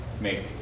make